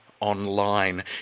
Online